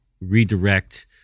redirect